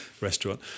restaurant